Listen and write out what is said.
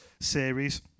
series